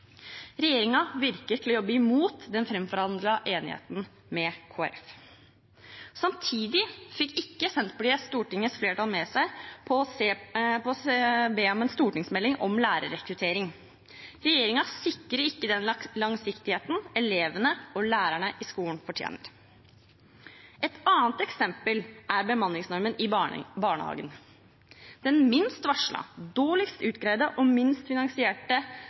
virker å jobbe imot den framforhandlede enigheten med Kristelig Folkeparti. Samtidig fikk ikke Senterpartiet Stortingets flertall med seg på å be om en stortingsmelding om lærerrekruttering. Regjeringen sikrer ikke den langsiktigheten elevene og lærerne i skolen fortjener. Et annet eksempel er bemanningsnormen i barnehagene – den minst varslede, dårligst utgreide og minst finansierte